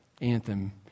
anthem